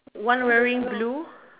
one wearing blue